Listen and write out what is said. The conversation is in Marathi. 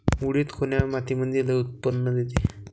उडीद कोन्या मातीमंदी लई उत्पन्न देते?